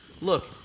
Look